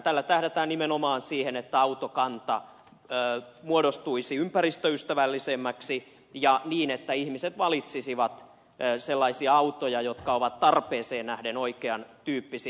tällä tähdätään nimenomaan siihen että autokanta muodostuisi ympäristöystävällisemmäksi ja niin että ihmiset valitsisivat sellaisia autoja jotka ovat tarpeeseen nähden oikean tyyppisiä